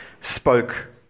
spoke